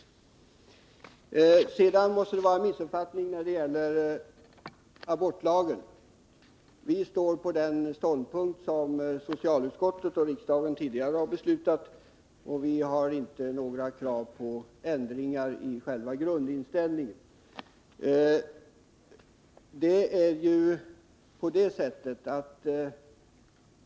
När det gäller abortlagen måste det vara fråga om en missuppfattning. Vi fasthåller vid en ståndpunkt som socialutskottet och riksdagen tidigare har tagit genom sina beslut, och vi har inte några krav på ändringar i själva grundinställningen.